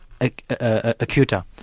acuta